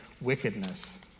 wickedness